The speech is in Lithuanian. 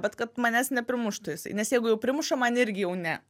bet kad manęs nepriims štai jisai nes jeigu jau primuša man irgi jau ne